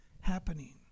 happening